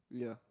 yeah